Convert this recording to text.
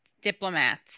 diplomats